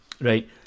Right